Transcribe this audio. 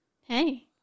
Hey